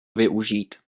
využít